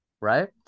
right